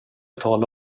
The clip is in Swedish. tala